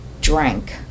drank